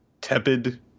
tepid